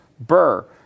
Burr